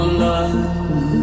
love